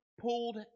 pulled